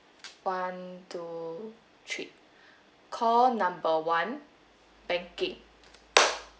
one two three call number one banking